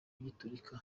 giturika